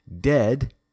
dead